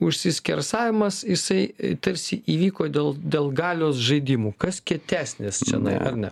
užsiskersavimas jisai tarsi įvyko dėl dėl galios žaidimų kas kietesnis čionai ar ne